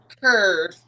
curve